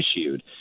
issued